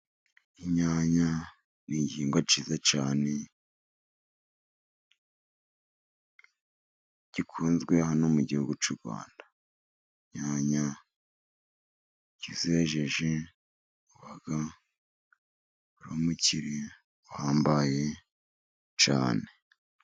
Inyanya ni igihingwa cyiza cyane gikunzwe hano mu gihugu cy'u Rwanda. Inyanya iyo uzejeje uba uri umukire uhambaye cane.